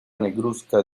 negruzca